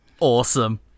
Awesome